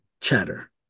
chatter